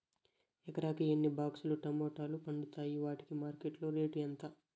ఎకరాకి ఎన్ని బాక్స్ లు టమోటాలు పండుతాయి వాటికి మార్కెట్లో రేటు ఎంత?